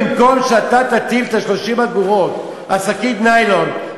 במקום שתטיל את ה-30 אגורות על שקית ניילון,